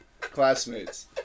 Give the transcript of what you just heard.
classmates